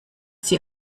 sie